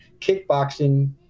kickboxing